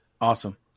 Awesome